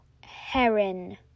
heron